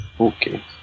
Okay